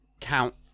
count